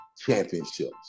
championships